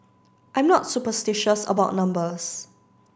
I'm not superstitious about numbers